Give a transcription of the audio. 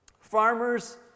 farmers